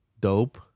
Dope